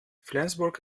flensburg